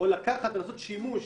או לעשות שימוש